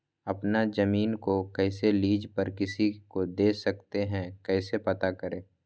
अपना जमीन को कैसे लीज पर किसी को दे सकते है कैसे पता करें?